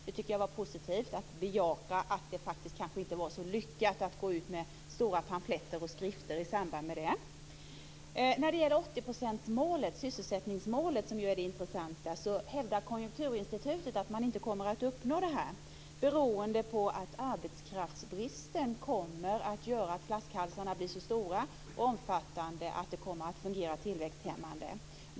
Det tycker jag var positivt att han bejakade. Det kanske inte var så lyckat att gå ut med stora pamfletter och skrifter i samband med det. När det gäller 80-procentsmålet, sysselsättningsmålet, som ju är det intressanta, så hävdar Konjunkturinstitutet att man inte kommer att uppnå det beroende på att arbetskraftsbristen kommer att göra att flaskhalsarna blir så stora och omfattande att de kommer att fungera tillväxthämmande.